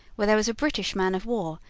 where there was a british man-of-war,